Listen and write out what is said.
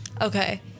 Okay